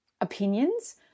opinions